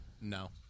No